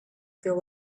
feel